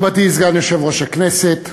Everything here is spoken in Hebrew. מכובדי סגן יושב-ראש הכנסת,